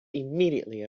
immediately